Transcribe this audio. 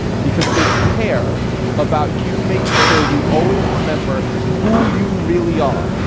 because they care about you making sure you always remember who you really are,